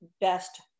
best